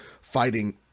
fighting